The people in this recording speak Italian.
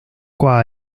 qua